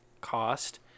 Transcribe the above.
cost